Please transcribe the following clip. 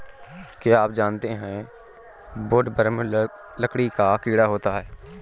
क्या आप जानते है वुडवर्म लकड़ी का कीड़ा होता है?